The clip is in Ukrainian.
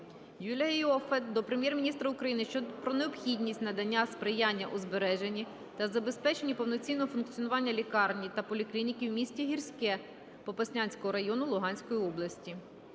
Юлія Іоффе до Прем'єр-міністра України про необхідність надання сприяння у збереженні та забезпеченні повноцінного функціонування лікарні та поліклініки в місті Гірське Попаснянського району Луганської області.